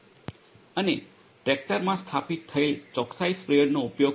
અને ટ્રેક્ટરમાં સ્થાપિત થયેલ ચોકસાઇ સ્પ્રેઅરનો ઉપયોગ પણ